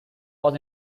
was